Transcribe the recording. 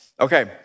okay